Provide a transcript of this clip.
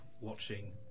watching